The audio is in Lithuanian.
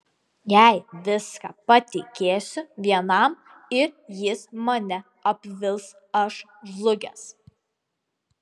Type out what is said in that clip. jei viską patikėsiu vienam ir jis mane apvils aš žlugęs